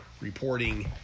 reporting